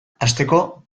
hasteko